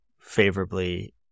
favorably